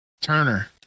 Turner